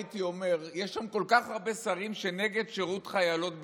הייתי אומר: יש שם כל כך הרבה שרים נגד שירות חיילות בצה"ל,